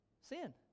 sin